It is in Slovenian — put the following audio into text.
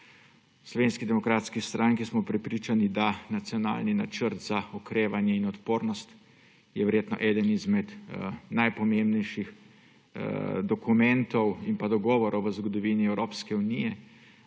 Slovenski demokratski stranki smo prepričani, da je Nacionalni načrt za okrevanje in odpornost verjetno eden izmed najpomembnejših dokumentov in dogovorov v zgodovini Evropske unije.